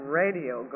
radio